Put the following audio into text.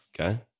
Okay